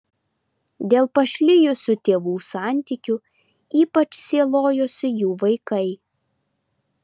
dėl pašlijusių tėvų santykių ypač sielojosi jų vaikai